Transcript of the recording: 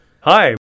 Hi